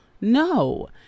no